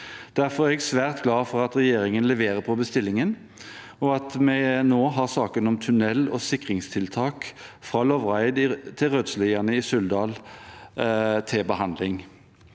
Derfor er jeg svært glad for at regjeringen leverer på bestillingen, og at vi nå har saken om tunnel og sikringstiltak fra Lovraeidet til Rødsliane i Suldal til behandling.